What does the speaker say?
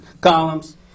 columns